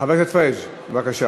חבר הכנסת פריג', בבקשה.